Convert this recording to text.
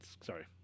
Sorry